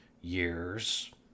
years